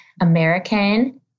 American